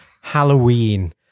Halloween